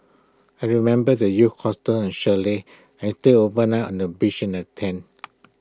I remember the youth hostels and chalets and stay overnight on the beach in A tent